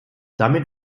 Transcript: damit